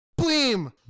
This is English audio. BLEEM